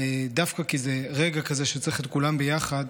דווקא כי זה רגע כזה שצריך את כולם ביחד,